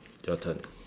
your turn